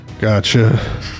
Gotcha